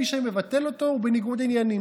מי שמבטל אותו הוא בניגוד עניינים,